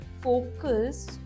focus